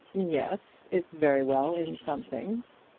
yes it's very well in some things.